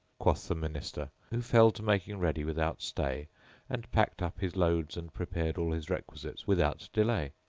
quoth the minister, who fell to making ready without stay and packed up his loads and prepared all his requisites without delay.